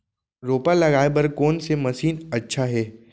रोपा लगाय बर कोन से मशीन अच्छा हे?